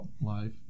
life